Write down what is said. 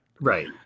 Right